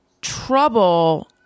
trouble